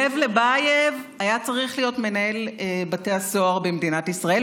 לב לבייב היה צריך להיות מנהל בתי הסוהר במדינת ישראל,